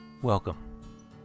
Welcome